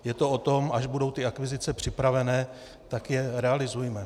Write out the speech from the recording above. Je to o tom, až budou ty akvizice připravené, tak je realizujme.